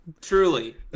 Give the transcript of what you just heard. truly